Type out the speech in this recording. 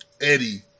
Eddie